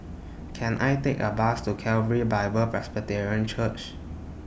Can I Take A Bus to Calvary Bible Presbyterian Church